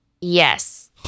Yes